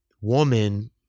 woman